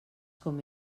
com